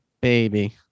baby